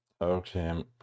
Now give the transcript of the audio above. Okay